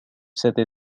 cette